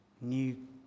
New